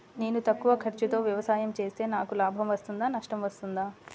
నేను తక్కువ ఖర్చుతో వ్యవసాయం చేస్తే నాకు లాభం వస్తుందా నష్టం వస్తుందా?